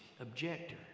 objector